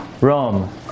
Rome